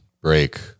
break